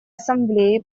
ассамблеи